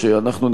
אנחנו נאחל,